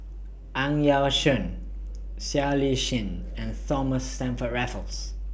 Ang Yau Choon Siow Lee Chin and Thomas Stamford Raffles